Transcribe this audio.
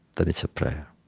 then it's a prayer